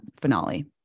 finale